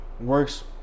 works